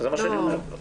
זה מה שאני אומר.